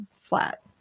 flat